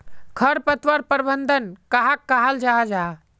खरपतवार प्रबंधन कहाक कहाल जाहा जाहा?